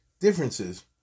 differences